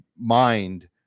mind